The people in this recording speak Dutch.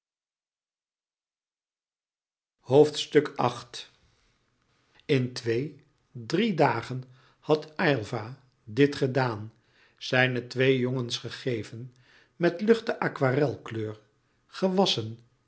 in twee drie dagen had aylva dit gedaan zijne twee jongens gegeven met luchte aquarelkleur gewasschen